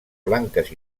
blanques